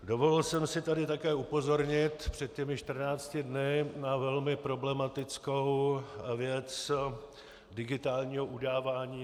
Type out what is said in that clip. Dovolil jsem si tady také upozornit před těmi 14 dny na velmi problematickou věc digitálního udávání.